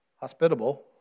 hospitable